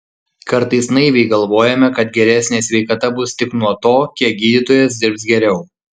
kartais naiviai galvojame kad geresnė sveikata bus tik nuo to kiek gydytojas dirbs geriau